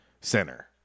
center